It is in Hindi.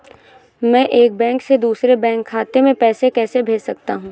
मैं एक बैंक से दूसरे बैंक खाते में पैसे कैसे भेज सकता हूँ?